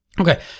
Okay